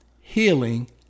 healing